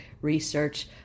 research